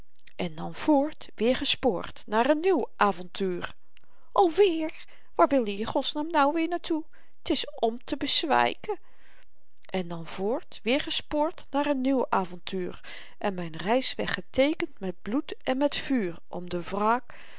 en dan voort weer gespoord naar een nieuw aventuur alweer waar wil i in godsheeren naam nu weer naar toe t is om te bezwyken en dan voort weer gespoord naar een nieuw aventuur en myn reisweg geteekend met bloed en met vuur om de wraak